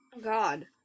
god